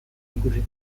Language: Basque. ikusi